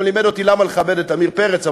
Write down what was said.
גם לימד אותי למה לכבד את עמיר פרץ,